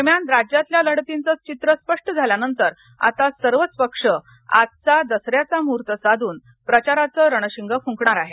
दरम्यान राज्यातल्या लढतींच चित्र स्पष्ट झाल्यानंतर आता सर्वच पक्ष आजचा दसऱ्याचा मुहूर्त साधून प्रचाराचं रणशिंग फुंकणार आहेत